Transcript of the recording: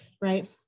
right